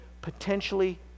potentially